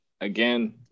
again